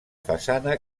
façana